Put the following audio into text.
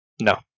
No